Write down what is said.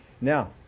Now